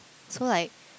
so like